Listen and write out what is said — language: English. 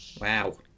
wow